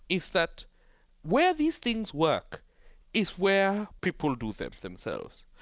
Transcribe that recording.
it's that where these things work is where people do them themselves.